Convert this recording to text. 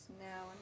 now